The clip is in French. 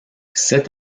sept